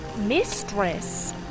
Mistress